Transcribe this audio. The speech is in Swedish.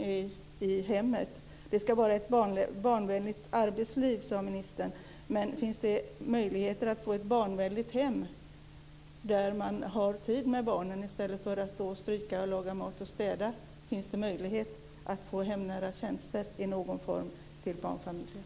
Ministern sade att vi ska ha ett barnvänligt arbetsliv, men finns det möjligheter att få ett barnvänligt hem där man i stället för att laga mat, stryka och städa kan ägna tid åt barnen? Kan det finnas möjlighet att i någon form få hemnära tjänster för barnfamiljer?